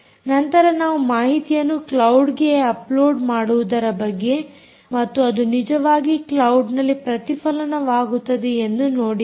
ನಂತರ ನಾವು ಮಾಹಿತಿಯನ್ನು ಕ್ಲೌಡ್ಗೆ ಅಪ್ಲೋಡ್ ಮಾಡುವುದರ ಬಗ್ಗೆ ಮತ್ತು ಅದು ಹೇಗೆ ನಿಜವಾಗಿ ಕ್ಲೌಡ್ ನಲ್ಲಿ ಪ್ರತಿಫಲನವಾಗುತ್ತದೆ ಎಂದು ನೋಡಿದ್ದೇವೆ